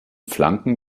flanken